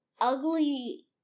ugly